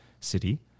city